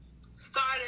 started